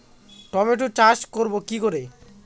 Tomato চাষ করব কি করে?